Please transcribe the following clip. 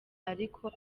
ariko